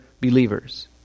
Believers